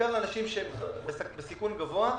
בעיקר בקרב אנשים שהם בסיכון גבוה,